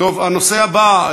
הנושא הבא,